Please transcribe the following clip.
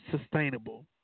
Sustainable